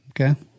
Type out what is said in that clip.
Okay